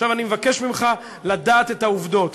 עכשיו, אני מבקש ממך לדעת את העובדות.